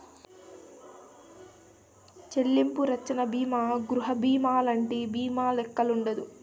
చెల్లింపు రచ్చన బీమా గృహబీమాలంటి బీమాల్లెక్కుండదు